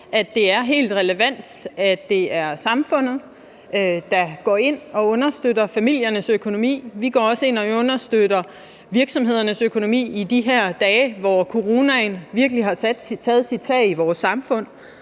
det er helt relevant, at det er samfundet, der går ind og understøtter familiernes økonomi – vi går også ind og understøtter virksomhedernes økonomi – i de her dage, hvor coronaen virkelig har taget sit tag i vores samfund.